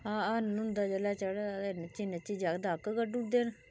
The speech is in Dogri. हरण होंदा जुसलै चढ़े दा ते बच्चे नच्ची नच्ची अग्ग कड्ढी ओड़दे ना